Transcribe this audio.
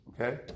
Okay